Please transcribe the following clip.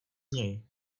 něj